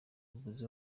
umuyobozi